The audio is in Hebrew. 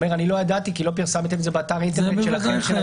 אומר: לא ידעתי כי לא פרסמתם את זה באתר האינטרנט של הרשות,